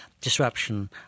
disruption